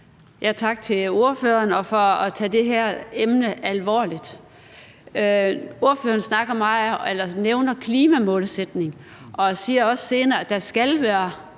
Tak til ordføreren for at tage det her emne alvorligt. Ordføreren nævner klimamålsætninger og siger også senere, at der skal være